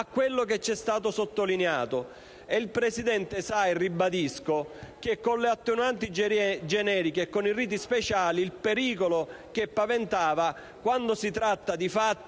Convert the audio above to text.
quello che ci è stato sottolineato. E il Presidente sa - e lo ribadisco - che con le attenuanti generiche e i riti speciali, il pericolo che paventava quando si tratta di fatti